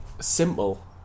simple